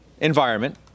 environment